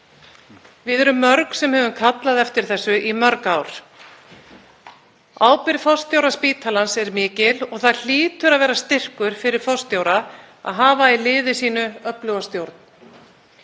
Við erum mörg sem höfum kallað eftir þessu í mörg ár. Ábyrgð forstjóra spítalans er mikil og það hlýtur að vera styrkur fyrir forstjóra að hafa í liði sínu öfluga stjórn.